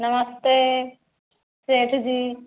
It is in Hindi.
नमस्ते सेठ जी